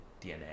dna